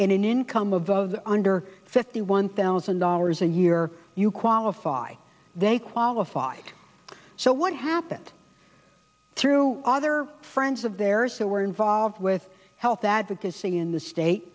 in an income of the under fifty one thousand dollars a year you qualify they qualify so what happened through other friends of theirs who were involved with health advocacy in the state